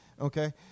Okay